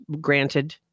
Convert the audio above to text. granted